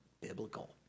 biblical